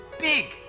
big